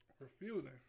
refusing